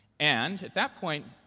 and at that point,